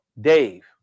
Dave